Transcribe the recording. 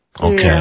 Okay